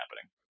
happening